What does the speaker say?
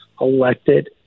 elected